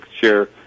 share